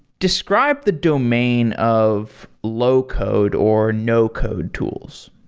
describe the domain of low code or no code tools.